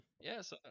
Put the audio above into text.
yes